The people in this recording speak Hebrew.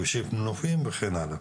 כבישים נופיים וכן הלאה.